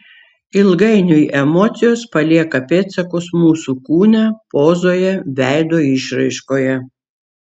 ilgainiui emocijos palieka pėdsakus mūsų kūne pozoje veido išraiškoje